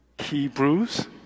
Hebrews